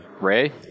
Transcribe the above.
Ray